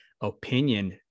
opinion